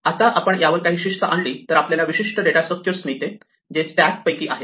आता जर आपण यावर काही शिस्त आणली तर आपल्याला विशिष्ट असे डेटा स्ट्रक्चर मिळते जे स्टॅक पैकी एक आहे